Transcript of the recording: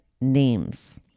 names